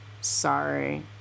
Sorry